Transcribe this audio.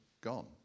gone